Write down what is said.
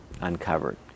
uncovered